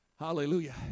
Hallelujah